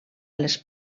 les